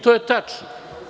To je tačno.